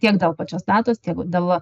tiek dėl pačios datos tiek dėl